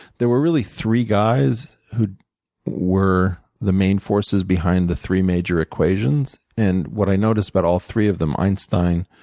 there were really three guys who were the main forces behind the three major equations. and what i noticed about but all three of them, einstein,